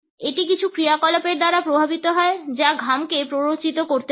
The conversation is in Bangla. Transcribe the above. এটি কিছু ক্রিয়াকলাপের দ্বারা প্রভাবিত হয় যা ঘামকে প্ররোচিত করতে পারে